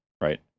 right